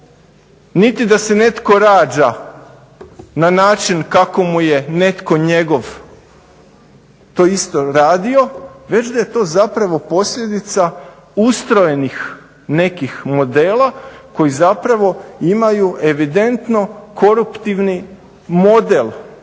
niti da se netko rađa na način kako mu je netko njegov to isto radio, već da je to zapravo posljedica ustrojenih nekih modela koji zapravo imaju evidentno koruptivni model